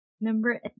Number